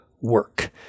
work